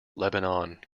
lebanon